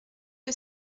que